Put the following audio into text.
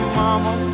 mama